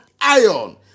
iron